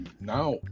now